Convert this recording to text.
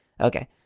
okay